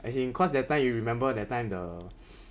as in cause that time you remember that time the